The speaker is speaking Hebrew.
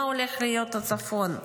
מה הולך להיות הצפון.